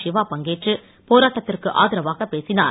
சிவா பங்கேற்று போராட்டத்திற்கு ஆதரவாக பேசினார்